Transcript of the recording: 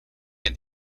and